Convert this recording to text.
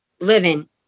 living